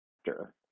actor